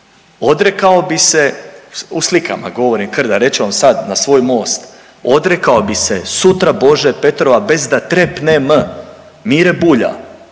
Odrekao bi se u slikama govorim krda, reću vam sad na svoj Most odrekao bi se sutra Bože Petrova bez da trepnem, Mire Bulja,